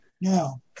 Now